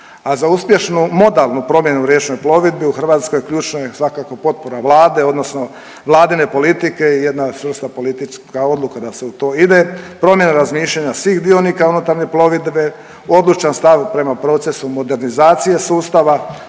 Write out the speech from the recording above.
a za uspješnu modalnu promjenu u riječnoj plovidbi u Hrvatskoj, ključno je svakako potpora Vlade odnosno Vladine politike i jedna .../Govornik se ne razumije./... politička odluka da se u to ide, promjena razmišljanja svih dionika unutarnje plovidbe, odlučan stav prema procesu modernizacije sustava,